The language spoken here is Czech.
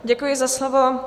Děkuji za slovo.